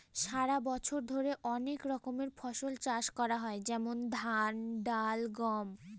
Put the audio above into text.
সারা বছর ধরে অনেক রকমের ফসল চাষ করা হয় যেমন ধান, ডাল, গম